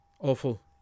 Awful